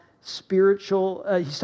spiritual